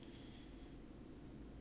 no lah 不关我的事 lah